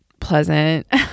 pleasant